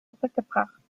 zurückgebracht